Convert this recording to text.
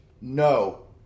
No